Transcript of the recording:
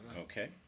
Okay